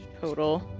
total